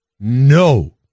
no